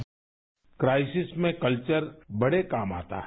bite crisis में culture बड़े काम आता है